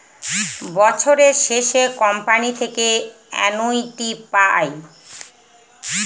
বছরের শেষে কোম্পানি থেকে অ্যানুইটি পায়